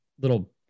little